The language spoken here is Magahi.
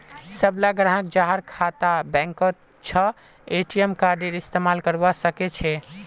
सबला ग्राहक जहार खाता बैंकत छ ए.टी.एम कार्डेर इस्तमाल करवा सके छे